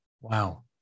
Wow